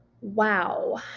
Wow